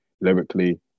lyrically